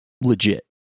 legit